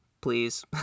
please